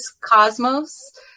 cosmos